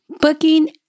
booking